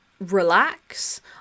relax